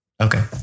Okay